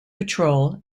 patrol